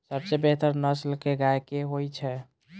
सबसँ बेहतर नस्ल केँ गाय केँ होइ छै?